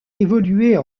évoluer